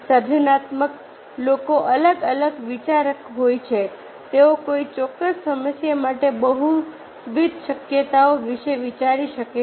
સર્જનાત્મક લોકો અલગ અલગ વિચારક હોય છે તેઓ કોઈ ચોક્કસ સમસ્યા માટે બહુવિધ શક્યતાઓ વિશે વિચારી શકે છે